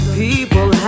people